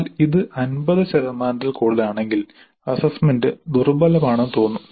എന്നാൽ ഇത് 50 ശതമാനത്തിൽ കൂടുതലാണെങ്കിൽ അസ്സസ്സ്മെന്റ് ദുർബലമാണെന്ന് തോന്നും